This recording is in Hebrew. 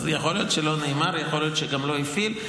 אז יכול להיות שלא נאמר, יכול להיות שגם לא הפעיל.